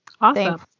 Awesome